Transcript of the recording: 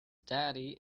daddy